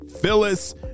Phyllis